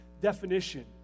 definition